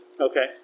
Okay